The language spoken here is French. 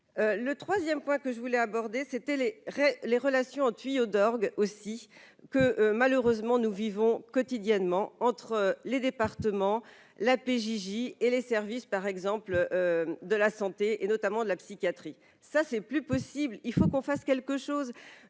le 3ème point que je voulais aborder, c'est elle, les relations tuyaux d'orgue aussi que malheureusement nous vivons quotidiennement entre les départements, la PJJ et les services par exemple de la santé et notamment de la psychiatrie, ça, c'est plus possible, il faut qu'on fasse quelque chose,